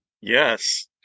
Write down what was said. Yes